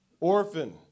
Orphan